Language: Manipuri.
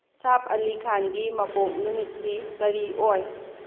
ꯁꯥꯞ ꯑꯂꯤ ꯈꯥꯟꯒꯤ ꯃꯄꯣꯛ ꯅꯨꯃꯤꯠꯁꯤ ꯀꯔꯤ ꯑꯣꯏ